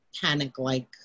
panic-like